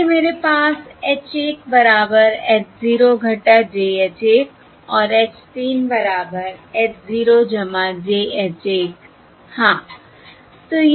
इसलिए मेरे पास H 1 बराबर h 0 j h 1 और H 3 बराबर h 0 j h 1 हाँ